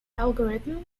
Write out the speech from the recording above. algorithm